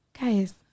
guys